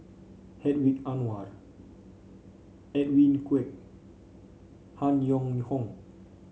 Hedwig Anuar Edwin Koek Han Yong Hong